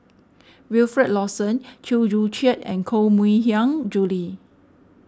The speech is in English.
Wilfed Lawson Chew Joo Chiat and Koh Mui Hiang Julie